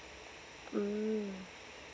mm